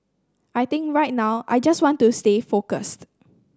I think right now I just want to stay focused